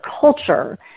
culture